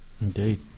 Indeed